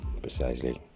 precisely